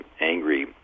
angry